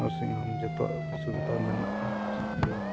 nursing ᱦᱳᱢ ᱡᱷᱚᱛᱚᱣᱟᱜ ᱥᱩᱵᱤᱫᱷᱟ ᱢᱮᱱᱟᱜᱼᱟ ᱥᱩᱫᱷᱩ